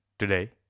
Today